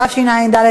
ההצעה עברה